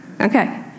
Okay